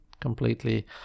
completely